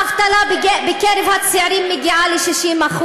האבטלה בקרב הצעירים מגיעה ל-60%,